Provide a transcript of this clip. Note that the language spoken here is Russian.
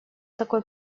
такой